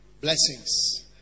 Blessings